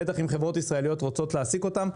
בטח אם חברות ישראליות רוצות להעסיק אותם.